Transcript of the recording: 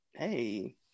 hey